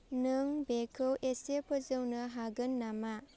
नों बेखौ एसे फोजौनो हागोन नामा